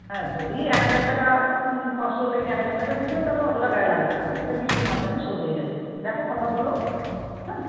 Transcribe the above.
হ্যাঁ যদি এক হাজার টাকা পাঁচশো থেকে এক হাজার টাকা বেশি হয় তাহলে অতটা গায়ে লাগবে না এটা কিস্তির মাধ্যমে শোধ হয়ে যাবে দেখো কথা বলো হ্যাঁ